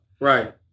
right